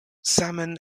salmon